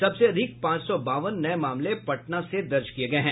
सबसे अधिक पांच सौ बावन नये मामले पटना से दर्ज किये गये हैं